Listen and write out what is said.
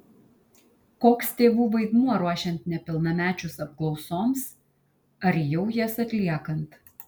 koks tėvų vaidmuo ruošiant nepilnamečius apklausoms ar jau jas atliekant